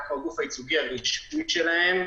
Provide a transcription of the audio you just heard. אנחנו הגוף הייצוגי הרשמי שלהם.